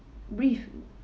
breathe